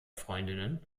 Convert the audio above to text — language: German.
freundinnen